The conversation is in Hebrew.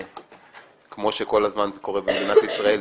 כמו שכל הזמן קורה במדינת ישראל,